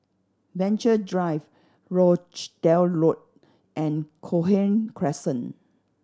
Venture Drive Rochdale Road and Cochrane Crescent